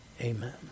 Amen